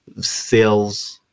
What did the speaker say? sales